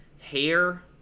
hair